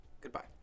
Goodbye